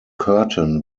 curtain